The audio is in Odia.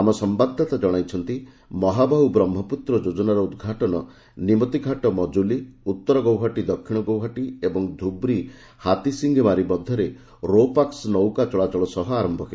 ଆମ ସମ୍ବାଦଦାତା ଜଣାଇଛନ୍ତି ମହାବାହୁ ବ୍ରହ୍ମପୁତ୍ର ଯୋଜନାର ଉଦ୍ଘାଟନ ନିମତିଘାଟ ମଜୁଲୀ ଉତ୍ତରା ଗୌହାଟୀ ଦକ୍ଷିଣଗୌହାଟି ଏବଂ ଧୁବ୍ରୀ ହାତିସିଗିମାରୀ ମଧ୍ୟରେ ରୋ ପାକ୍କ ନୌକା ଚଳାଚଳ ସହ ଆରମ୍ଭ ହେବ